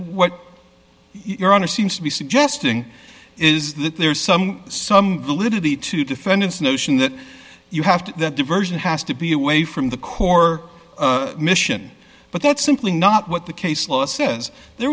what your honor seems to be suggesting is that there's some some validity to defendant's notion that you have to that diversion has to be away from the core mission but that's simply not what the case law says there